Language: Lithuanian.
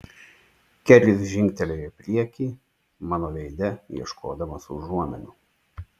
keris žingtelėjo į priekį mano veide ieškodamas užuominų